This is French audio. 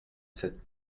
cette